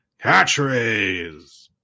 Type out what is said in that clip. Catchphrase